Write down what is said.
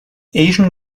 asian